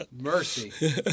mercy